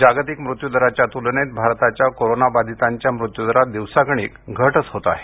जागतिक मृत्यूदराच्या तुलनेत भारताच्या कोरोना बाधितांच्या मृत्यूदरात दिवसागणिक घटच होत आहे